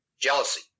jealousy